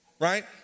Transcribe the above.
Right